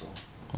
err